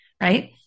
right